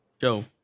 Joe